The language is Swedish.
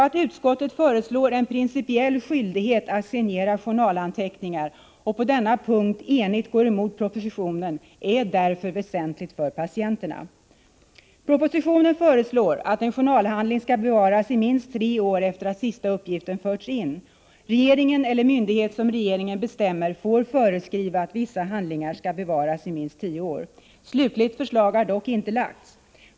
Att utskottet föreslår en principiell skyldighet att signera journalanteckningar och på denna punkt enigt går emot propositionen är därför väsentligt för patienterna. Propositionen föreslår att en journalhandling skall bevaras i minst tre år efter att sista uppgiften förts in. Regeringen eller myndighet som regeringen bestämmer får föreskriva att vissa handlingar skall bevaras i minst tio år. Slutligt förslag har dock inte lagts.